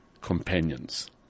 companions